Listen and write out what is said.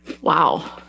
Wow